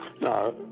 No